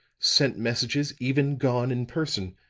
sent messages, even gone in person.